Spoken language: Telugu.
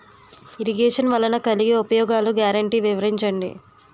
ఇరగేషన్ వలన కలిగే ఉపయోగాలు గ్యారంటీ వివరించండి?